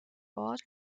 ort